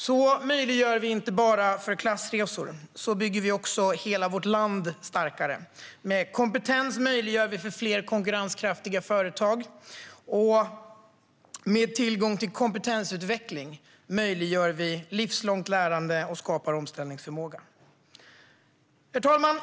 Så möjliggör vi inte bara klassresor; så bygger vi också hela vårt land starkare. Med kompetens möjliggör vi fler konkurrenskraftiga företag, och med tillgång till kompetensutveckling möjliggör vi livslångt lärande och skapar omställningsförmåga. Herr talman!